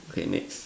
okay next